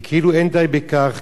וכאילו אין די בכך,